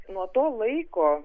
nuo to laiko